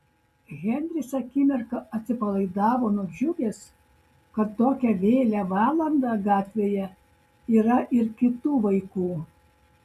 henris akimirką atsipalaidavo nudžiugęs kad tokią vėlią valandą gatvėje yra ir kitų vaikų